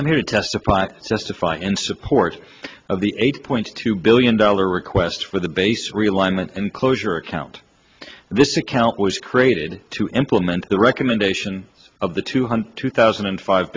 i'm here to testify justify in support of the eight point two billion dollar request for the base realignment and closure account this account was created to implement the recommendation of the two hundred two thousand and five